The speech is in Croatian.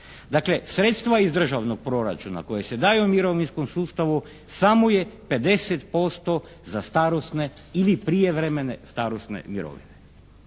Dakle, sredstva iz državnog proračuna koje se daju mirovinskom sustavu samo je 50% za starosne ili prijevremene starosne mirovine.